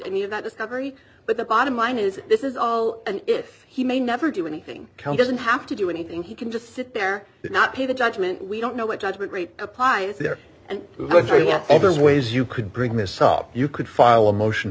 any of that discovery but the bottom line is this is all and if he may never do anything come doesn't have to do anything he can just sit there and not pay the judgment we don't know what judgment rate apply there and it works very well other ways you could bring this up you could file a motion